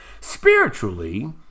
Spiritually